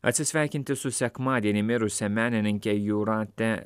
atsisveikinti su sekmadienį mirusia menininke jūrate